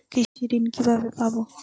কৃষি ঋন কিভাবে পাব?